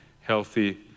healthy